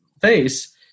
face